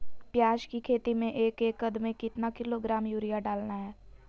प्याज की खेती में एक एकद में कितना किलोग्राम यूरिया डालना है?